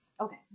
Okay